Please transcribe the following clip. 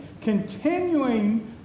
continuing